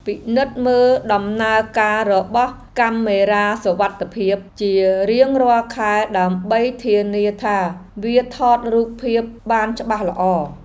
ពិនិត្យមើលដំណើរការរបស់កាមេរ៉ាសុវត្ថិភាពជារៀងរាល់ខែដើម្បីធានាថាវាថតរូបភាពបានច្បាស់ល្អ។